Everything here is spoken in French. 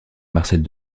marcelle